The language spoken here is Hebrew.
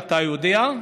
ואתה יודע,